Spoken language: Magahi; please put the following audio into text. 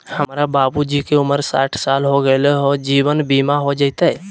हमर बाबूजी के उमर साठ साल हो गैलई ह, जीवन बीमा हो जैतई?